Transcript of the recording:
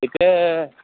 ఇక్కడే